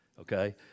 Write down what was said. okay